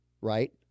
right